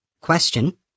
Question